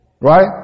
Right